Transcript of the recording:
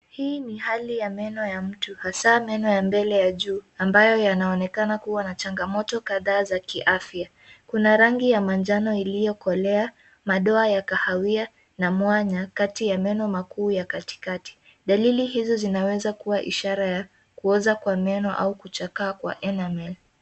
Hii ni hali ya meno ya mtu, hasa meno ya mbele ya juu, ambayo yanaonekana kuwa na changamoto kadhaa za kiafya. Kuna rangi ya manjano iliyokolea, madoa ya kahawia na mwanya kati ya meno makuu ya katikati. Dalili hizi zinaweza kuwa dalili za kuoza kwa meno au kuchakaa kwa enamel .